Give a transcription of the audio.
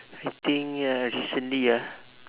you think uh recently ah